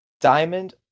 diamond-